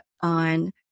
on